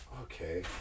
Okay